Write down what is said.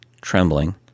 trembling